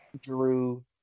Drew